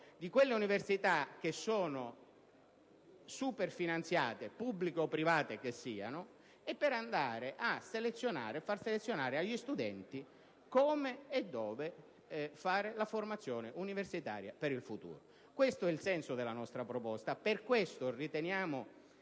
del Paese - e superfinanziate (pubbliche o private che siano) in modo da far selezionare agli studenti come e dove fare la formazione universitaria per il futuro. Questo è il senso della nostra proposta e per questo riteniamo